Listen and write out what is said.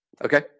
Okay